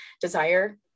desire